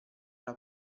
alla